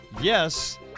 Yes